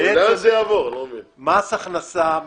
מס הכנסה,